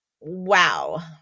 wow